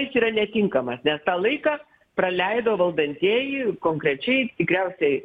jis yra netinkamas nes tą laiką praleido valdantieji konkrečiai tikriausiai